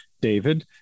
David